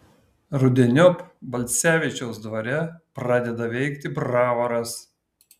rudeniop balcevičiaus dvare pradeda veikti bravoras